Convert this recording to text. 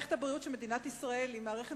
מערכת הבריאות של מדינת ישראל היא מערכת